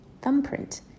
Thumbprint